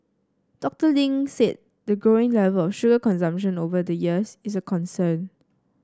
Doctor Ling said the growing level of sugar consumption over the years is a concern